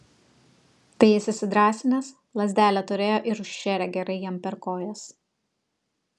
tai jis įsidrąsinęs lazdelę turėjo ir užšėrė gerai jam per kojas